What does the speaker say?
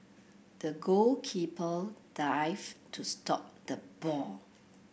the goalkeeper dived to stop the ball